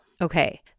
Okay